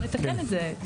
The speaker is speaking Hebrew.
בואו נתקן את זה.